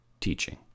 teaching